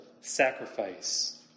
sacrifice